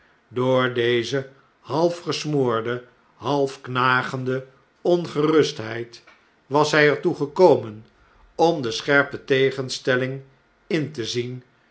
door deze half gesmoorde half knagende ongerustheid was hjj er toe gekomen om de scherpe tegenstelling in te zien